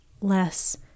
less